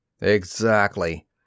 Exactly